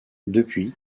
depuis